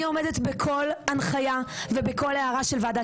אני עומדת בכל הנחיה ובכל הערה של ועדת